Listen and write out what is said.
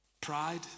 pride